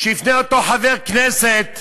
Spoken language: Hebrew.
שיפנה אותו חבר כנסת להנייה,